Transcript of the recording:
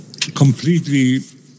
completely